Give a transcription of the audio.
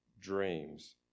dreams